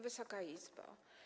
Wysoka Izbo!